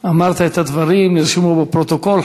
אמרת את הדברים, נרשמו בפרוטוקול.